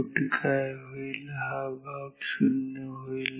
शेवटी काय होईल हा भाग 0 होईल